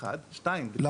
אז הנה, אז אני עונה.